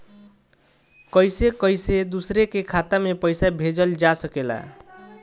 कईसे कईसे दूसरे के खाता में पईसा भेजल जा सकेला?